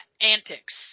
antics